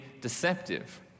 deceptive